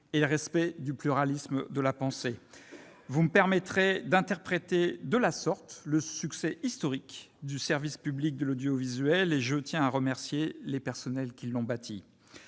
et le respect du pluralisme de la pensée. Vous me permettrez d'interpréter de la sorte le succès historique du service public de l'audiovisuel, en remerciant les personnels qui l'ont bâti.